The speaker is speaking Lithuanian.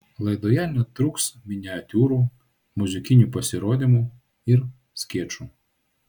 laidoje netruks miniatiūrų muzikinių pasirodymų ir skečų